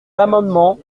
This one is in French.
l’amendement